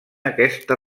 aquesta